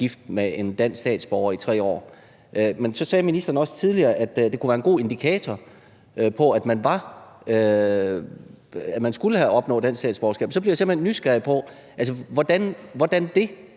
med en dansk statsborger i 3 år. Men så sagde ministeren også tidligere, at det kunne være en god indikator på, at man skulle opnå dansk statsborgerskab. Så bliver jeg simpelt hen nysgerrig efter at høre: Hvordan det?